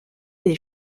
des